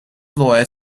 lawyer